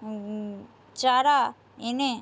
চারা এনে